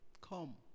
Come